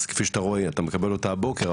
אז כפי שאתה רואה אתה מקבל אותה הבוקר.